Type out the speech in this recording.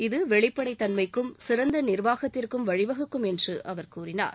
இது வெளிப்படைத்தன்மைக்கும் சிறந்த நிர்வாகத்திற்கும் வழிவகுக்கும் என்றும் அவர் கூறினார்